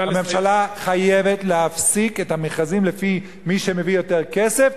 הממשלה חייבת להפסיק את המכרזים לפי מי שמביא יותר כסף,